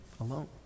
alone